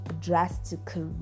drastically